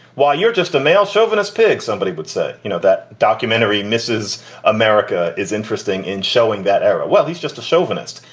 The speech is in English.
while you're just a male chauvinist pig. somebody would say, you know, that documentary misses america is interesting in showing that era. well, he's just a chauvinist.